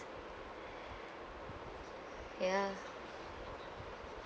ya